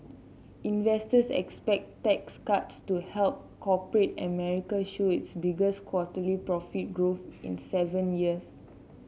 investors expect tax cuts to help corporate America show its biggest quarterly profit growth in seven years